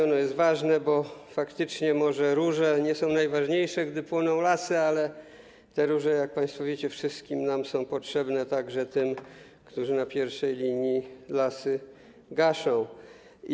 Ono jest ważne, bo faktycznie może róże nie są najważniejsze, gdy płoną lasy, ale te róże, jak państwo wiecie, wszystkim nam są potrzebne, także tym, którzy na pierwszej linii gaszą pożary lasów.